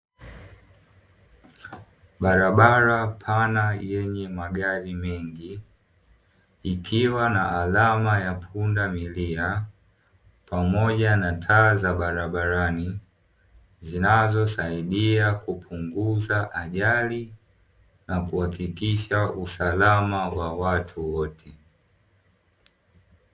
Barabara pana yenye magari mengi, ikiwa na alama ya pundamilia pamoja na taa za barabarani, zinazosaidia kupunguza ajali na kuhakikisha usalamawa watu wote.